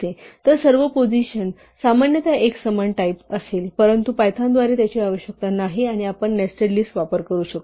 तर सर्व पोझिशनत सामान्यतः एकसमान टाईप असेल परंतु पायथॉन द्वारे याची आवश्यकता नाही आणि आपण नेस्टेड लिस्ट करू शकतो